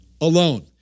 alone